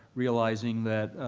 realizing that